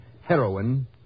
heroin